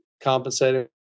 compensated